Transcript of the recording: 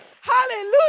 Hallelujah